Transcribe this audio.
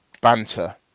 banter